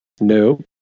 No